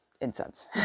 incense